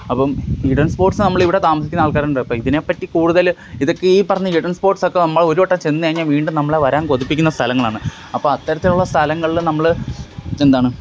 അപ്പോള് hidden spots നമ്മള് ഇവിടെ താമസിക്കുന്ന ആൾക്കാരുണ്ട് അപ്പോള് ഇതിനെപ്പറ്റി കൂടുതല് ഇതൊക്കെ ഈ പറഞ്ഞ് ഹിഡെൻ സ്പോട്സ് ഒക്കെ നമ്മള് ഒരുവട്ടം ചെന്നുകഴിഞ്ഞാല് വീണ്ടും നമ്മളെ വരാൻ കൊതിപ്പിക്കുന്ന സ്ഥലങ്ങളാണ് അപ്പോള് അത്തരത്തിലുള്ള സ്ഥലങ്ങളിൽ നമ്മള് എന്താണ്